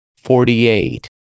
Forty-eight